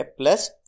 plus